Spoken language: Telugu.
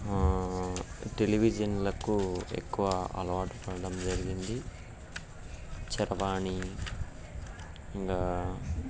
టెలివిజన్లకు ఎక్కువ అలవాటు పడటం జరిగింది చకబాని ఇంకా